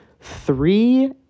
three